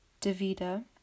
Davida